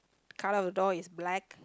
colour of the door is black